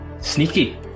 sneaky